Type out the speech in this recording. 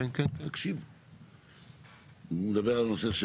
הוא מדבר על נושא,